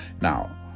Now